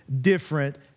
different